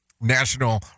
National